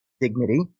dignity